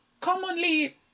commonly